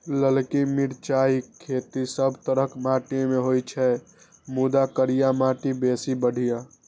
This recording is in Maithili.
ललकी मिरचाइक खेती सब तरहक माटि मे होइ छै, मुदा करिया माटि बेसी बढ़िया